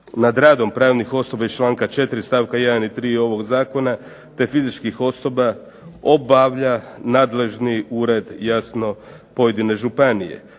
nad radom pravnih osoba iz članka 4. stavka 1. i 3. ovog zakona, te fizičkih osoba obavlja nadležni ured jasno pojedine županije.